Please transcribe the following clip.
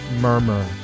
Murmur